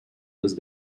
those